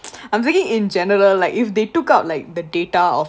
I'm thinking in general like if they took out like the data of